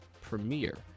premiere